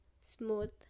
smooth